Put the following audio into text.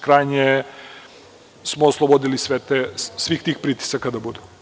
krajnje smo oslobodili svih tih pritisaka da budu.